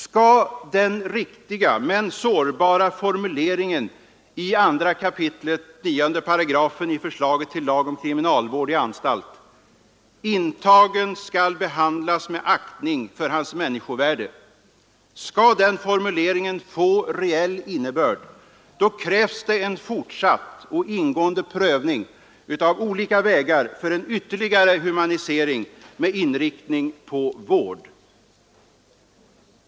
Skall den riktiga men sårbara formuleringen i 2 kap. 9 § i förslaget till lag om kriminalvård i anstalt — ”Intagen skall behandlas med aktning för hans människovärde.” — få reell innebörd krävs det en fortsatt och ingående prövning av olika vägar för en ytterligare humanisering med inriktning på vård.